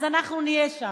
אז אנחנו נהיה שם.